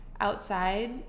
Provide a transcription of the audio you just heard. outside